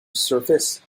surface